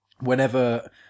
Whenever